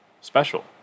special